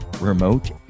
remote